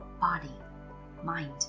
body-mind